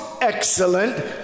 excellent